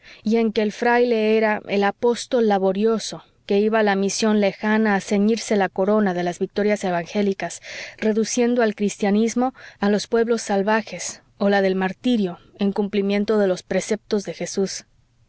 y en que el fraile era el apóstol laborioso que iba a la misión lejana a ceñirse la corona de las victorias evangélicas reduciendo al cristianismo a los pueblos salvajes o la del martirio en cumplimiento de los preceptos de jesús